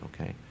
okay